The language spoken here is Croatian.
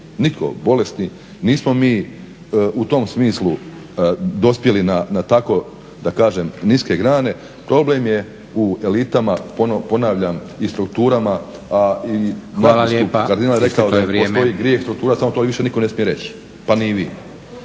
nitko bolesni, nismo mi u tom smislu dospjeli na tako da kažem niske grane, problem je u elitama, ponavljam, i strukturama a i nadbiskup Kardinal je rekao zbog svojih grijeh struktura samo to više nitko ne smije reći, pa ni vi.